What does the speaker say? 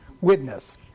witness